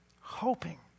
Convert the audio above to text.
hoping